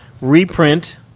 reprint